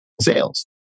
sales